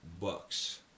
bucks